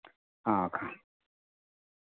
हँ ख